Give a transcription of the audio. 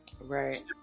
Right